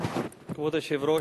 כבוד היושב-ראש,